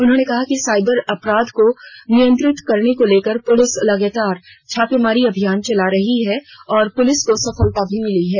उन्होंने कहा कि साइबर अपराध को नियंत्रित करने को लेकर पुलिस लगातार छापामारी अभियान चला रही है और पुलिस को सफलता भी मिल रही है